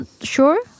sure